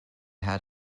had